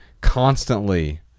constantly